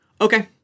okay